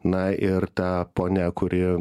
na ir ta ponia kuri